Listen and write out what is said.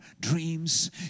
dreams